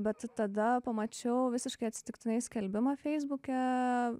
bet tada pamačiau visiškai atsitiktinai skelbimą feisbuke